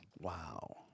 Wow